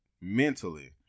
mentally